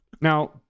Now